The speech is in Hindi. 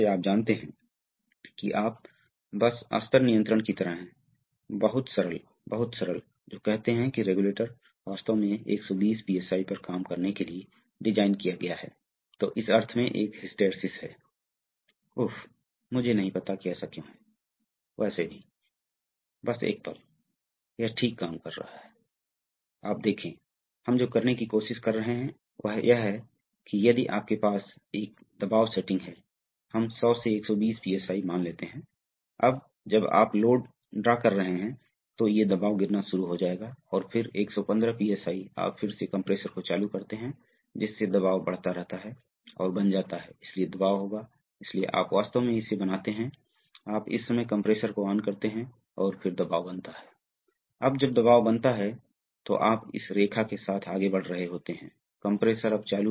आप देखते हैं कि यह अंतिम एक्ट्यूएटर है यह मोटर है फिर जब यह वाल्व इस तरह से आगे बढ़ेगा तब क्या होगा शायद यह पोर्ट यहां से जुड़ जाएगा और यह पोर्ट यहां से कनेक्ट हो जाएगा तो आप मोटर से जुड़ा पंप और टैंक मिलेगा अब फीडबैक कहाँ है यहाँ इस चीज़ में फीडबैक है यह फीडबैक एलिमेंट है यह स्पूल इस चीज़ को इस तरह पुश करने वाला है जब यह यहाँ धकेलता है तो एक फलक्रम होता है फलक्रम देखें यहाँ पुश करता है तो फिर से स्पूल को धक्का देगा स्लीव को स्पूल को नहीं इसलिए स्पूल को इस तरह धकेला जा रहा है और यह यह फीडबैक तत्व स्लीव्स को पुश करता है यह स्लीव्स को पुश करने वाला है इस तरह